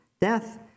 Death